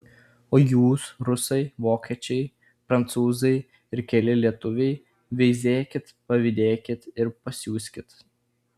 o jūs rusai vokiečiai prancūzai ir keli lietuviai veizėkit pavydėkit ir pasiuskit